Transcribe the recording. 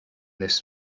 this